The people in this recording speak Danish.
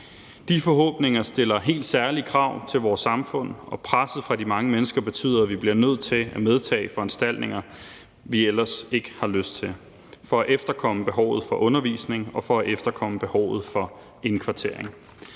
de forhåbninger stiller helt særlige krav til vores samfund, og presset fra de mange mennesker betyder, at vi bliver nødt til at medtage foranstaltninger, vi ellers ikke har lyst til, for at efterkomme behovet for undervisning og for at efterkomme behovet for indkvartering.